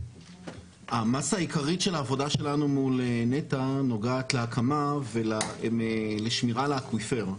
המסה העיקרית של העבודה שלנו מול נת"ע נודעת להקמה ולשמירה על האקוויפר.